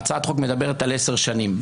הצעת החוק מדברת על 10 שנים.